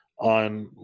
On